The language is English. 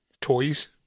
toys